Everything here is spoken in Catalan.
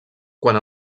quan